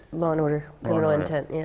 law and order criminal intent,